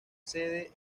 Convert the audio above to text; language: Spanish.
sede